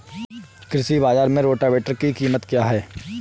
कृषि बाजार में रोटावेटर की कीमत क्या है?